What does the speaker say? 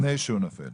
לפני שהוא נופל.